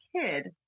kid